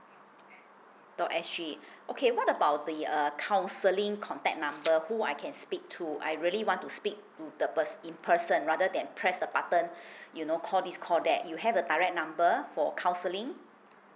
dot S G okay what about the uh counselling contact number who I can speak to I really want to speak to the person in person rather that press the button you know call this call that you have a direct number for counselling